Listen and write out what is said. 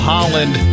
Holland